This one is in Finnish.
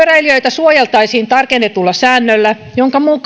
suojeltaisiin tarkennetulla säännöllä jonka mukaan